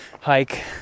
hike